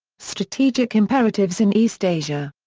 strategic imperatives in east asia.